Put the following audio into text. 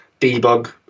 debug